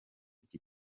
iki